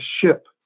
ship